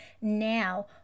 now